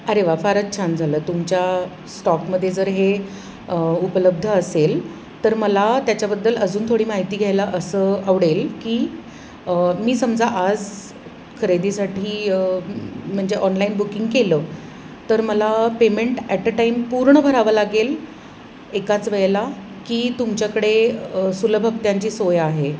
अरे वा फारच छान झालं तुमच्या स्टॉकमध्ये जर हे उपलब्ध असेल तर मला त्याच्याबद्दल अजून थोडी माहिती घ्यायला असं आवडेल की मी समजा आज खरेदीसाठी म्हणजे ऑनलाईन बुकिंग केलं तर मला पेमेंट ॲट अ टाईम पूर्ण भरावं लागेल एकाच वेळेला की तुमच्याकडे सुलभ हप्त्यांची सोय आहे